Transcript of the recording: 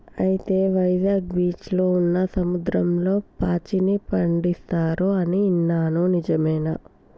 అయితే వైజాగ్ బీచ్లో ఉన్న సముద్రంలో పాచిని పండిస్తారు అని ఇన్నాను నిజమేనా